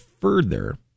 further